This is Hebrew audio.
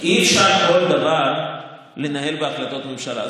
תקבע מדיניות בהחלטות ממשלה.